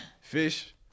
fish